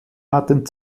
hatten